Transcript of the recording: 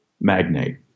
magnate